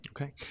okay